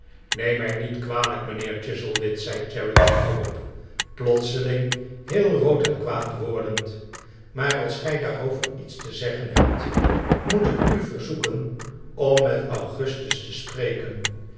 neem mij niet kwalijk mijnheer chuzzlewit zei charity hierop plotseling heel rood en kwaad wordend maar als gij daarover iets te zeggen hebt moet ik u verzoeken om met augustus te spreken